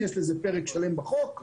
יש לזה פרק שלם בחוק,